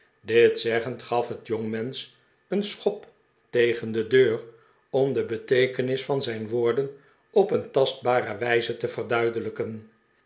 dit zeggend gaf het jongmensch een schop tegen de deur om de beteekenis van zijn woorden op een tastbare wijze te verduidelijken